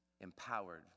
empowered